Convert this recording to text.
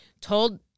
told